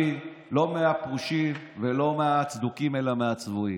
לא מהפרושים ולא מהצדוקים אלא מהצבועים,